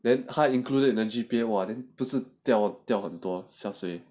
then 他 included in the G_P_A !wah! 不是不是掉很多